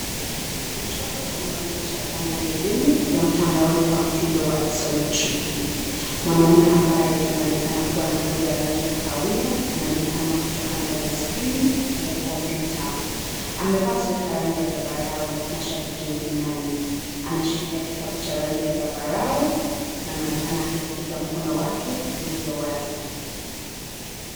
Mchoro unaonyesha dhana ya elimu ya mtandaoni kwa mtindo wa isometriki. Mwanaume ambaye anaonekana kuwa na ngozi ya rangi ya kahawia, anaonekana kutoka ndani ya skrini ya kompyuta. Amevaa sweta ya rangi ya zambarau na shati jeupe ndani. Anashikilia kitabu cha rangi ya zambarau na anaonekana akielekeza mkono wake ulio wazi.